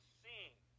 seeing